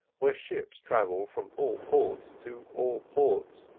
where ships travel from all ports to all ports,